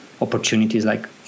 opportunities—like